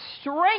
strength